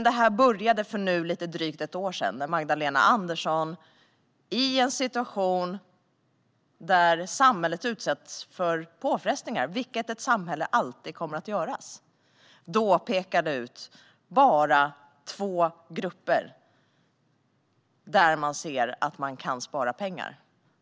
Det här började för lite drygt ett år sedan när Magdalena Andersson i en situation där samhället utsätts för påfrestningar - vilket ett samhälle alltid kommer att göra - pekade ut två grupper där man såg att man kunde spara pengar.